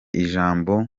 ijambo